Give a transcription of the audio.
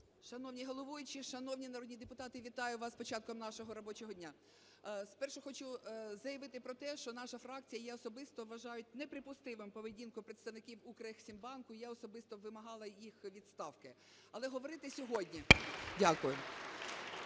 Шановний головуючий, шановні народні депутати, вітаю вас с початком нашого робочого дня. Спершу хочу заявити про те, що наша фракція і я особисто вважаю неприпустимою поведінку представників Укрексімбанку, і я особисто вимагала їх відставки. Але говорити сьогодні не